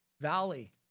valley